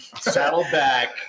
Saddleback